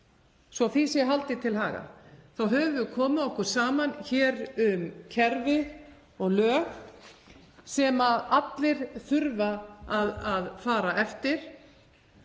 Svo að því sé haldið til haga þá höfum við komið okkur saman um kerfi og lög sem allir þurfa að fara eftir.